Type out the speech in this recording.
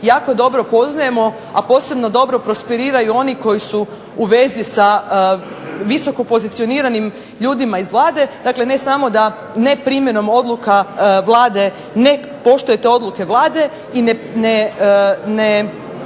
jako dobro poznajmo, a posebno dobro prosperiraju oni koji su u vezi visoko pozicioniranim ljudima iz Vlade. Dakle, ne samo da neprimjenom odluka Vlade ne poštujete odluke Vlade i ne